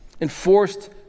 enforced